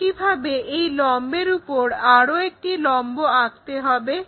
একইভাবে এই লম্বের উপর আরো একটি লম্ব আঁকতে হবে